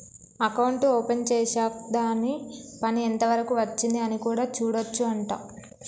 account open చేశాక్ దాని పని ఎంత వరకు వచ్చింది అని కూడా చూడొచ్చు అంట